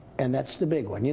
and that's the big one.